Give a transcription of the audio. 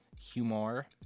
humor